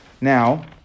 Now